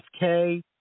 FK